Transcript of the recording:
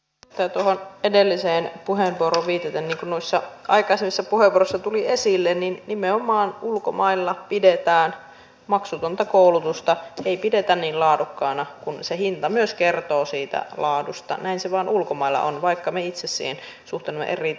tieto edelliseen puheenvuoroon viitaten osa aikaisissa puheenvuoroissa tuli esille niin nimenomaan ulkomailla pidetään maksutonta koulutusta ei pidetä niin laadukkaana kun se hinta myös kertoo siitä laadusta näin se vaan ulkomailla on vaikka me itse sen tuntomerkit